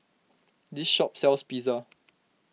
this shop sells Pizza